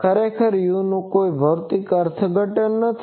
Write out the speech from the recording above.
ખરેખર uનું કોઈ ભૌતિક અર્થઘટન નથી